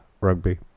Rugby